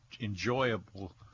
enjoyable